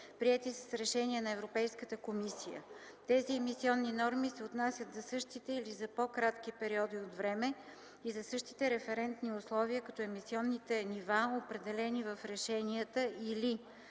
приети с решение на Европейската комисия; тези емисионни норми се отнасят за същите или за по-кратки периоди от време и за същите референтни условия като емисионните нива, определени в решенията, или